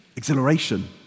Exhilaration